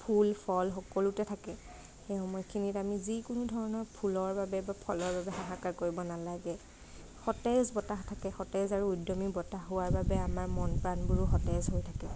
ফুল ফল সকলোতে থাকে সেই সময়খিনিত আমি যিকোনো ধৰণৰ ফুলৰ বাবে বা ফলৰ বাবে হাহাকাৰ কৰিব নালাগে সতেজ বতাহ থাকে সতেজ আৰু উদ্যমী বতাহ হোৱাৰ বাবে আমাৰ মন প্ৰাণবোৰো সতেজ হৈ থাকে